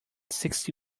sixty